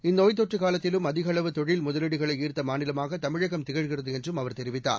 இந்தநோய் தொற்றுகாலத்திலும் அதிகஅளவு தொழில் முதலீடுகளைஈர்த்தமாநிலமாகதமிழகம் திகழ்கிறதுஎன்றும் அவர் தெரிவித்தார்